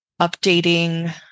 updating